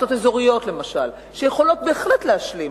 מועצות אזוריות למשל, שיכולות בהחלט להשלים,